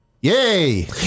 Yay